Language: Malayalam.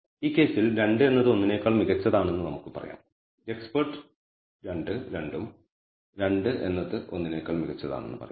ഈ കേസിൽ 2 എന്നത് 1 നേക്കാൾ മികച്ചതാണെന്ന് നമുക്ക് പറയാം എക്സ്പെർട്ട് 2 ഉം 2 എന്നത് 1 നേക്കാൾ മികച്ചതാണെന്ന് പറയുന്നു